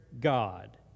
God